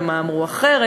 ומה אמרו אחרת.